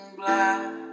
black